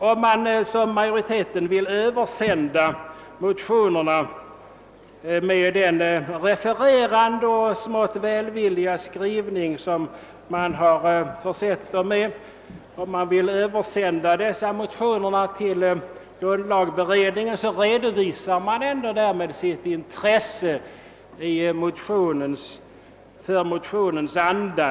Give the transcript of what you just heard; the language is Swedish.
Om man som majoriteten vill översänder motionerna — med den refererande och smått välvilliga skrivning som gjorts — till grundlagberedningen, redovisar man ändå sitt intresse för motionens syfte.